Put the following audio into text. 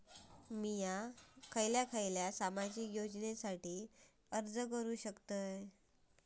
मी खयच्या खयच्या सामाजिक योजनेसाठी अर्ज करू शकतय?